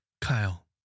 Kyle